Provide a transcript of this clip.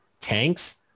tanks